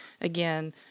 again